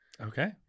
okay